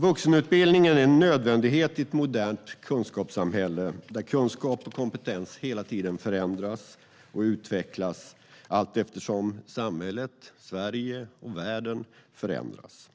Vuxenutbildning är en nödvändighet i ett modernt kunskapssamhälle där kunskap och kompetens hela tiden förändras och utvecklas allteftersom samhället, Sverige och världen förändras.